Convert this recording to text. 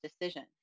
decision